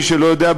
מי שלא יודע,